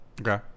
okay